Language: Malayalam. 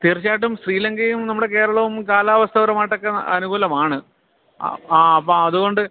തീർച്ചയായിട്ടും ശ്രീലങ്കയും നമ്മുടെ കേരളവും കാലാവസ്ഥപരമായിട്ടൊക്കെ അനുകൂലമാണ് ആ ആ അപ്പം അതു കൊണ്ട്